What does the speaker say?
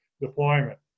deployment